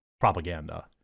propaganda